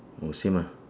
oh same ah